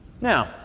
Now